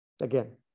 Again